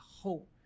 hope